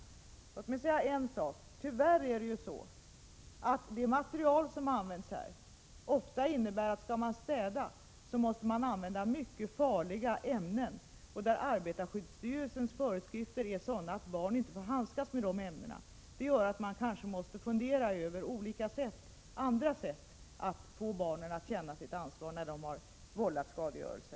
Låt mig sedan bara säga en sak: Tyvärr är det så, att man när man skall städa upp ofta måste använda sig av mycket farliga ämnen. Barn får enligt arbetarskyddsstyrelsens föreskrifter inte handskas med sådana här ämnen. Det gör att man kanske måste fundera över andra sätt att få barnen att känna sitt ansvar när de har vållat skadegörelse.